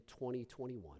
2021